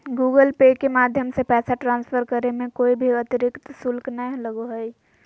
Google Pay के माध्यम से पैसा ट्रांसफर करे मे कोय भी अतरिक्त शुल्क नय लगो हय